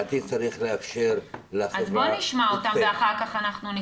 לדעתי צריך לאפשר לחברה --- אז בואו נשמע אותם ואחר כך אנחנו נתייחס.